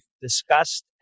discussed